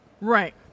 Right